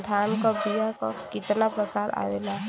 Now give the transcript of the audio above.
धान क बीया क कितना प्रकार आवेला?